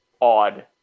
odd